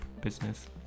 business